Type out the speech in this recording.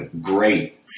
great